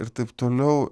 ir taip toliau